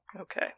Okay